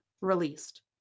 released